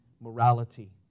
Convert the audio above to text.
Morality